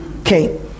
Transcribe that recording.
Okay